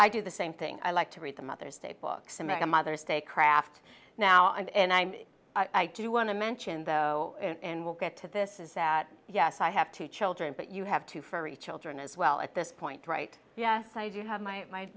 i do the same thing i like to read the mother's day books america mother's day craft now and i do want to mention though and we'll get to this is that yes i have two children but you have two for each children as well at this point right yes i do have my my